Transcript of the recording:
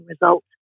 result